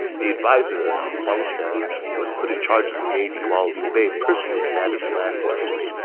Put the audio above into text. the adviser huang quan was put in charge of the navy, while liu bei personally commanded the land forces.